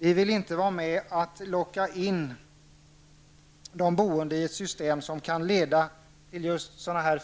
Vi vill inte vara med om att locka in de boende i ett system som kan leda till